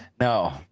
No